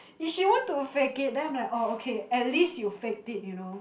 if she want to fake it then I'm like oh okay at least you faked it you know